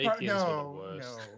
no